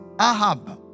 Ahab